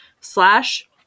slash